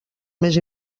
més